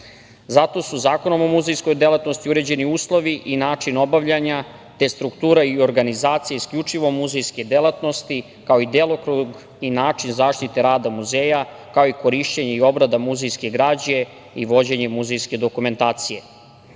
Zato su Zakonom o muzejskoj delatnosti uređeni uslovi i način obavljanja, te struktura i organizacija isključivo muzejske delatnosti, kao i delokrug i način zaštite rada muzeja, kao i korišćenje i obrada muzejske građe i vođenje muzejske dokumentacije. Razlog